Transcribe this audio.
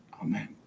Amen